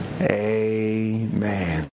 Amen